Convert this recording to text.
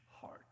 heart